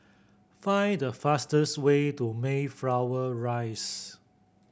find the fastest way to Mayflower Rise